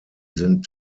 sind